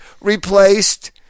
replaced